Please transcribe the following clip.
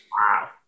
Wow